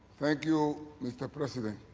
thank you, mr. president.